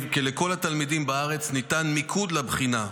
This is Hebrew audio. כי לכל התלמידים בארץ ניתן מיקוד לבחינה.